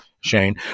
Shane